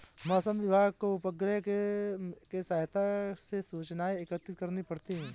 मौसम विभाग को उपग्रहों के सहायता से सूचनाएं एकत्रित करनी पड़ती है